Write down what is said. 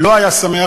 לא היה שמח,